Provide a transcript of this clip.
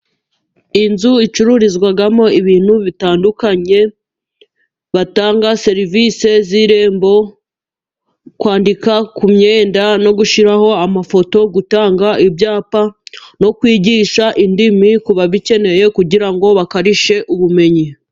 Inzu icururizwamo ibintu bitandukanye, batanga serivisi z'irembo kwandika ku myenda ,no gushyiraho amafoto ,gutanga ibyapa, no kwigisha indimi ku babikeneye kugira ngo bakarishye ubumenyi.